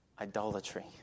idolatry